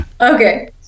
Okay